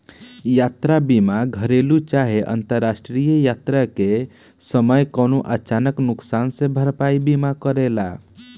यात्रा बीमा घरेलु चाहे अंतरराष्ट्रीय यात्रा के समय कवनो अचानक नुकसान के भरपाई बीमा करेला